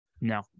No